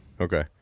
Okay